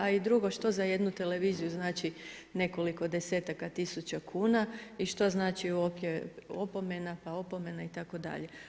A i drugo što za jednu televiziju znači nekoliko desetaka tisuća kuna i što znači opomena, pa opomena itd.